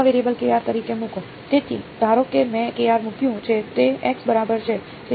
નવા વેરિયેબલ તરીકે મૂકો તેથી ધારો કે મેં મૂક્યું છે તે x બરાબર છે